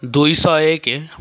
ଦୁଇଶହ ଏକେ